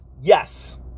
yes